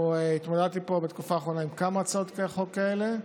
התמודדתי פה בתקופה האחרונה עם כמה הצעות חוק כאלה,